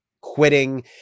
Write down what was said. quitting